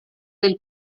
del